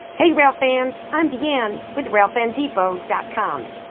hey, railfans, i'm deann with railfan depot dot com.